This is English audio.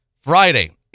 Friday